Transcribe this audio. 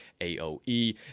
AOE